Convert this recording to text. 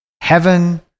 heaven